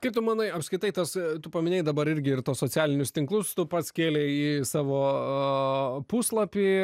tu manai apskritai tasai tu paminėjai dabar irgi ir tuos socialinius tinklus tu pats kėlė į savo puslapį